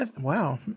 Wow